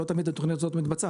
לא תמיד התוכניות מתבצעת,